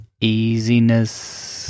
easiness